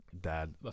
dad